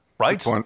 Right